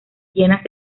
llenas